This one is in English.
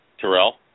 Terrell